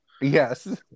Yes